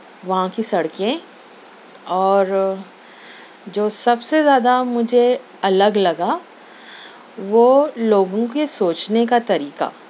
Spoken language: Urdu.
وہاں کی سڑکیں اور جو سب سے زیادہ مجھے الگ لگا وہ لوگوں کے سوچنے کا طریقہ